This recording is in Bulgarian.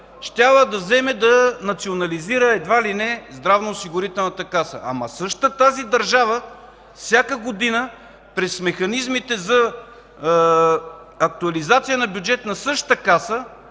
щяла да вземе да национализира едва ли не Здравноосигурителната каса. Ама същата тази държава всяка година през механизмите за актуализация на бюджета на Касата внася